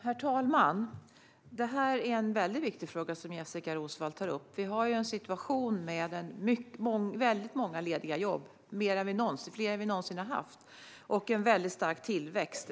Herr talman! Det är en viktig fråga som Jessika Roswall tar upp. Vi har en situation med många lediga jobb, fler än vi någonsin har haft, och en stark tillväxt.